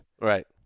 Right